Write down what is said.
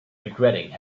regretting